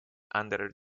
anderer